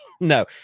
no